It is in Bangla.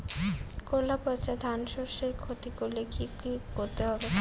খোলা পচা ধানশস্যের ক্ষতি করলে কি করতে হবে?